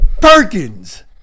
Perkins